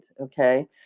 Okay